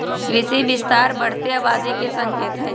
कृषि विस्तार बढ़ते आबादी के संकेत हई